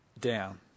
down